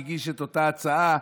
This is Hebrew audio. שהגיש את אותה הצעה,